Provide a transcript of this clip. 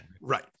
Right